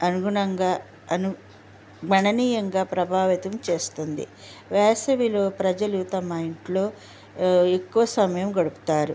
అనుగుణంగా అను మననీయంగా ప్రభావితం చేస్తుంది వేసవిలో ప్రజలు తమ ఇంట్లో ఎక్కువ సమయం గడుపుతారు